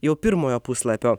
jau pirmojo puslapio